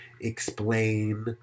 explain